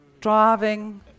driving